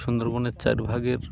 সুন্দরবনের চার ভাগের